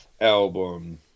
album